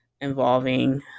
involving